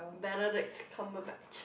Benedict Cumberbatch